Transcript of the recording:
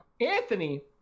Anthony